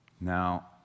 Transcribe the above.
Now